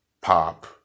pop